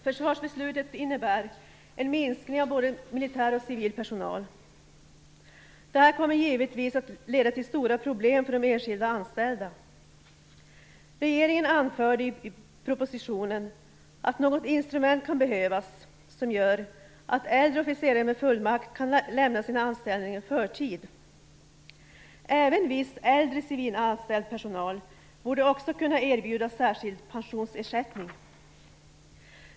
Försvarsbeslutet innebär en minskning av både militär och civil personal. Detta kommer givetvis att leda till stora problem för de enskilda anställda. Regeringen anförde i propositionen att något instrument kan behövas som gör att äldre officerare med fullmakt kan lämna sina anställningar i förtid. Även viss äldre civilanställd personal borde kunna erbjudas särskild pensionsersättning.